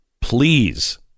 Please